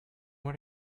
what